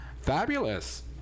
Fabulous